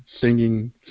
singing